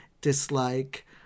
dislike